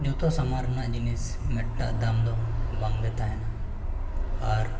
ᱡᱚᱛᱚ ᱥᱟᱢᱟᱱ ᱨᱮᱱᱟᱜ ᱡᱤᱱᱤᱥ ᱢᱤᱫᱴᱟᱝ ᱫᱟᱢᱫᱚ ᱵᱟᱝᱜᱮ ᱛᱟᱦᱮᱱᱟ ᱟᱨ